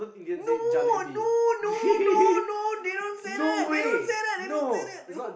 no no no no no they don't say that they don't say that they don't say that